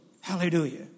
Hallelujah